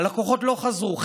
הלקוחות לא חזרו.